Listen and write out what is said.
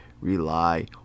rely